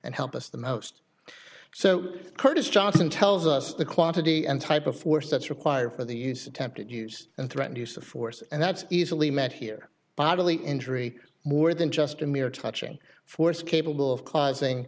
and help us the most so curtis johnson tells us the quantity and type of force that's required for the use attempted use and threatened use of force and that's easily met here bodily injury more than just a mere touching force capable of causing